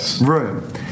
room